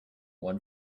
one